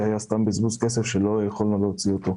זה היה סתם בזבוז כסף שלא יכולנו להוציא אותו.